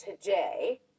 today